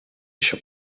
еще